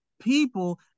people